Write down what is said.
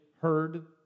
heard